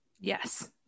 yes